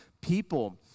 People